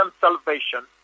salvation